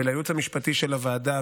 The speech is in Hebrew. ולייעוץ המשפטי של הוועדה,